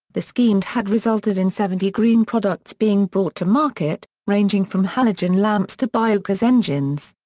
the scheme had resulted in seventy green products being brought to market, ranging from halogen lamps to biogas engines.